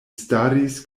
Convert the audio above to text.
staris